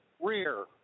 rear